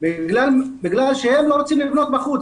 בגלל שהם לא רוצים לבנות בחוץ.